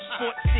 Sports